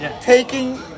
Taking